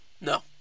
No